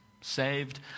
saved